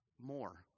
more